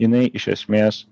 jinai iš esmės